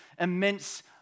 immense